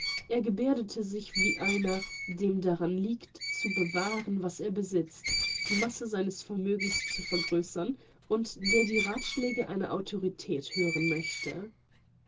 er geberdete sich wie einer dem daran liegt zu bewahren was er besitzt die masse seines vermögens zu vergrößern und der die rathschläge einer autorität hören möchte